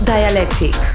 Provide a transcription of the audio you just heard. Dialectic